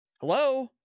Hello